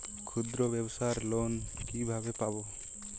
ক্ষুদ্রব্যাবসার লোন কিভাবে পাব?